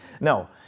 No